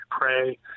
pray